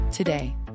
Today